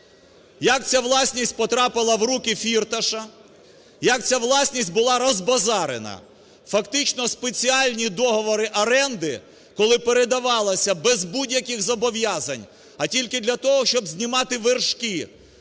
Як ця власність потрапила в руки Фірташа? Як ця власність була розбазарена? Фактично спеціальні договори оренди, коли передавалося без будь-яких зобов'язань, а тільки для того, щоб знімати вершки,